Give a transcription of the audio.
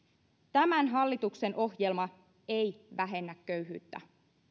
tämä hallituksen ohjelma ei vähennä köyhyyttä